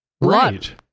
Right